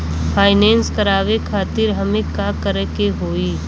Finance करावे खातिर हमें का करे के होई?